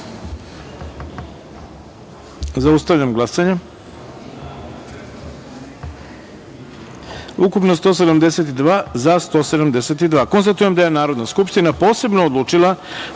taster. Zaustavljam glasanje: Ukupno - 172, za – 172.Konstatujem da je Narodna skupština posebno odlučila